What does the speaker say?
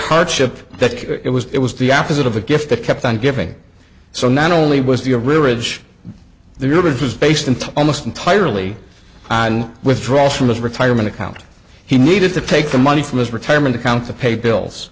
hardship that it was it was the opposite of a gift that kept on giving so not only was the a ridge there was based in almost entirely on withdrawals from his retirement account he needed to take the money from his retirement account to pay bills